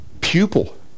pupil